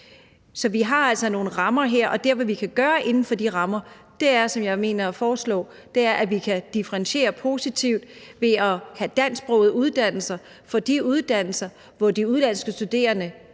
Så vi har altså nogle rammer her, og det, vi kan gøre inden for de rammer, er – og det vil jeg foreslå – at vi kan differentiere positivt ved at have dansksprogede uddannelser. For der er uddannelser, hvor de udenlandske studerende